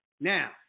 Now